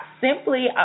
Simply